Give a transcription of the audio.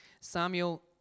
Samuel